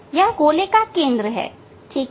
यह गोले का केंद्र है ठीक है